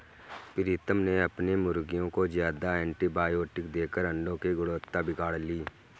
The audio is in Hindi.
प्रीतम ने अपने मुर्गियों को ज्यादा एंटीबायोटिक देकर अंडो की गुणवत्ता बिगाड़ ली